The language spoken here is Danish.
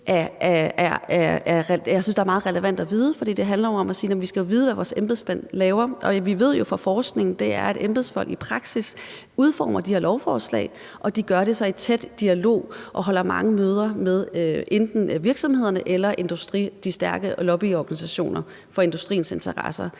er meget relevant at vide, fordi det jo handler om, at vi skal vide, hvad vores embedsmænd laver, og vi ved jo fra forskningen, at embedsfolk i praksis udformer de her lovforslag, og at de så gør det i en tæt dialog med og holder mange møder enten med virksomhederne eller de stærke lobbyorganisationer for industriens interesser.